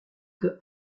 que